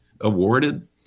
awarded